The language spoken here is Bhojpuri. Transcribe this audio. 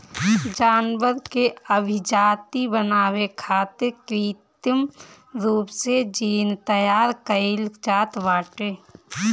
जानवर के अभिजाति बनावे खातिर कृत्रिम रूप से जीन तैयार कईल जात बाटे